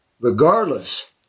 Regardless